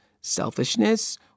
selfishness